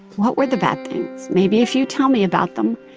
what were the bad things? maybe if you tell me about them,